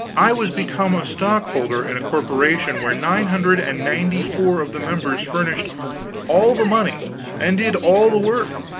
i was become a stockholder in a corporation where nine hundred and ninety-four of the members furnished all the money and did all the work,